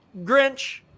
Grinch